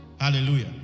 Hallelujah